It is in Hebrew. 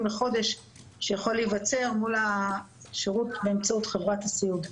לחודש שיכול להיווצר מול השירות באמצעות חברת הסיעוד.